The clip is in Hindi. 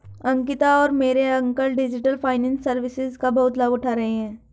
अंकिता और मेरे अंकल डिजिटल फाइनेंस सर्विसेज का बहुत लाभ उठा रहे हैं